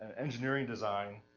and engineering design,